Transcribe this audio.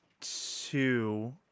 two